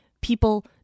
people